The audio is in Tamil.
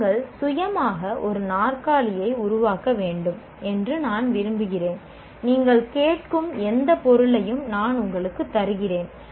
நீங்கள் சுயமாக ஒரு நாற்காலியை உருவாக்க வேண்டும் என்று நான் விரும்புகிறேன் நீங்கள் கேட்கும் எந்த பொருட்களையும் நான் உங்களுக்கு தருகிறேன்